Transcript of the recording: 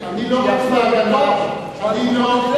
על-פי דבריו אני מחבל,